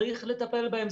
צריך לטפל בהם.